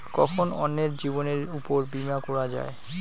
কখন অন্যের জীবনের উপর বীমা করা যায়?